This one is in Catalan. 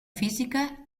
física